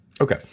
Okay